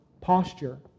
posture